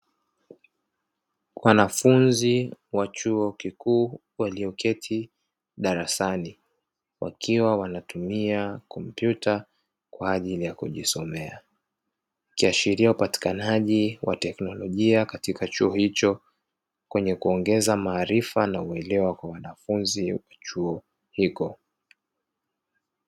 Wanafunzi wa chuo kikuu walioketi darasani, wakiwa wanatumia kompyuta kwa ajili ya kujisomea, ikiashiria upatikanaji wa teknolojia katika chuo hicho, kwenye kuongeza maarifa na uelewa kwa wanafunzi wa chuo hiko.